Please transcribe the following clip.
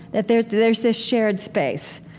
that there's there's this shared space.